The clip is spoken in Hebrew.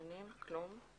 כלום.